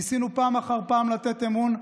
ניסינו פעם אחר פעם לתת אמון.